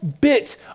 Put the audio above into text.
bit